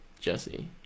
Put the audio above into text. Jesse